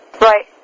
Right